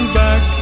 back